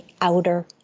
outer